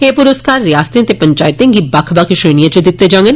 ए प्रस्कार रियासतें ते पंचायतें गी बक्ख बक्ख श्रेणियें च दिते जागंन